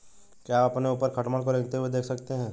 क्या आप अपने ऊपर खटमल को रेंगते हुए देख सकते हैं?